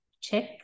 check